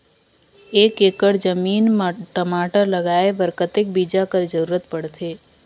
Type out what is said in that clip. एक एकड़ जमीन म टमाटर लगाय बर कतेक बीजा कर जरूरत पड़थे?